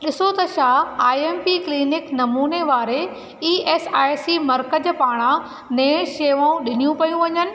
ॾिसो त छा आई ऐम पी क्लिनिक नमूने वारे ई ऐस आई सी मर्कज़ पारां नेणु शेवाऊं ॾिनियूं पयूं वञनि